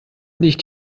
nicht